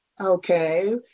Okay